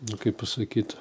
na kaip pasakyt